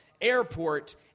airport